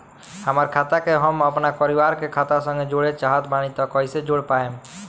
हमार खाता के हम अपना परिवार के खाता संगे जोड़े चाहत बानी त कईसे जोड़ पाएम?